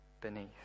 beneath